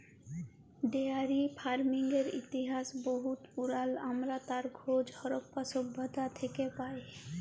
dairy ফারমিংয়ের ইতিহাস বহুত পুরাল আমরা তার খোঁজ হরপ্পা সভ্যতা থ্যাকে পায়